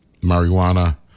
marijuana